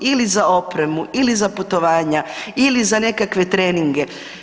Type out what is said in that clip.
Ili za opremu ili za putovanja ili za nekakve treninge.